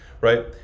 right